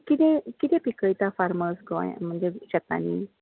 कितें कितें पिकयता फार्मर गोंया म्हणजे शेतांनी